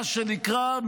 מה שנקרא,